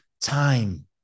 time